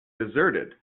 deserted